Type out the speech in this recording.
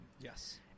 Yes